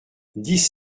dix